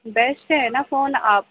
best ہے نا phone آپ